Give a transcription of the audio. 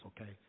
okay